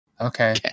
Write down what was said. Okay